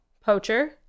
poacher